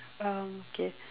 um okay